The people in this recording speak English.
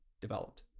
developed